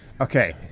Okay